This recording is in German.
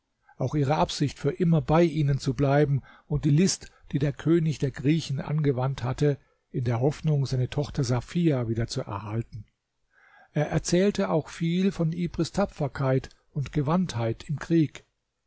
auch ihre absicht für immer bei ihnen zu bleiben und die list die der könig der griechen angewandt hatte in der hoffnung seine tochter safia wieder zu erhalten er erzählte auch viel von ibris tapferkeit und gewandtheit im krieg